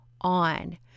on